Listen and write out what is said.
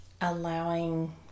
allowing